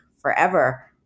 forever